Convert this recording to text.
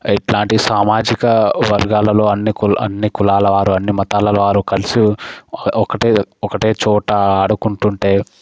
ఇట్లాంటివి సామాజిక వర్గాలలో అన్ని కులా అన్ని కులాలవారు అన్ని మతాలవారు కలిసి ఒకటే ఒకటే చోట ఆడుకుంటుంటే